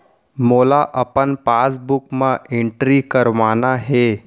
मोला अपन पासबुक म एंट्री करवाना हे?